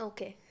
Okay